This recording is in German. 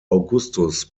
augustus